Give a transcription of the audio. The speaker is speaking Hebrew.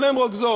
זה בולם רוגזו.